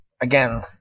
again